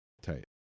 tight